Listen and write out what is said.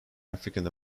african